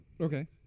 Okay